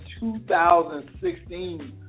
2016